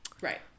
Right